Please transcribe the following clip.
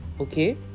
okay